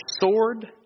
sword